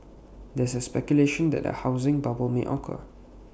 there is speculation that A housing bubble may occur